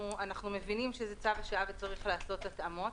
אנו מבינים שזה צו השעה ויש לעשות התאמות.